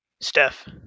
Steph